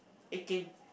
act gang